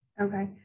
Okay